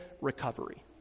recovery